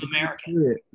american